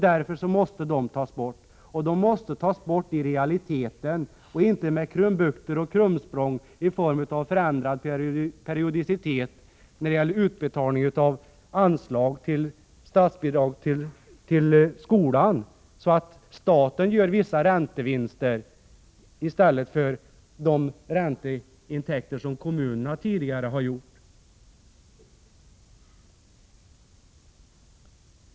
Därför måste dessa tas bort. Och de måste tas bort i realiteten, inte genom krumbukter som t.ex. att införa förändrad periodicitet när det gäller utbetalning av statsbidrag till skolan, så att staten gör vissa räntevinster medan de ränteintäkter som kommunerna tidigare hade bortfaller.